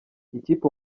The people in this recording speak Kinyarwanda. ikipe